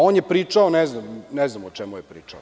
On je pričao, ne znam o čemu je pričao.